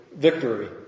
victory